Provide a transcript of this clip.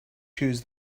choose